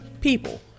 People